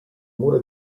mura